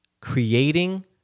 creating